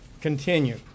continue